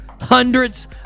Hundreds